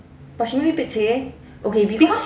but she really pek cek eh okay be~